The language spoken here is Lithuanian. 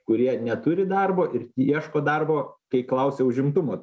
kurie neturi darbo ir ieško darbo kai klausia užimtumo